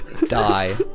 Die